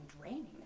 draining